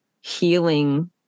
healing